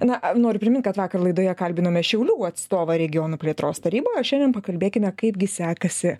na noriu primint kad vakar laidoje kalbinome šiaulių atstovą regionų plėtros tarybą o šiandien pakalbėkime kaip gi sekasi